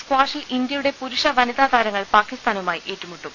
സ്കാഷിൽ ഇന്ത്യയുടെ പുരുഷ വനിതാ താരങ്ങൾ പാക്കിസ്ഥാ നുമായി ഏറ്റുമുട്ടും